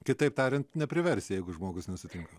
kitaip tariant nepriversi jeigu žmogus nesutinka